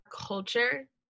culture